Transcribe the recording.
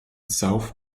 south